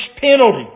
penalty